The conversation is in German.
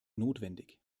notwendig